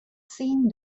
seen